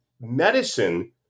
Medicine